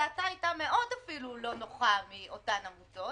דעתה אפילו היתה מאוד לא נוחה מאותן עמותות,